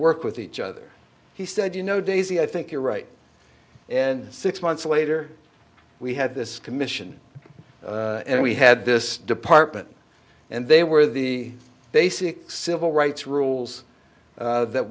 work with each other he said you know daisy i think you're right and six months later we had this commission and we had this department and they were the basic civil rights rules that